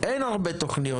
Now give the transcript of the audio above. אין הרבה תוכניות